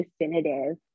definitive